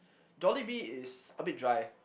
Jollibee is a bit dry